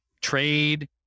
trade